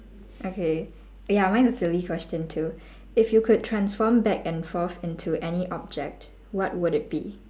okay ya mine is silly question too if you could transform back and forth into any object what would it be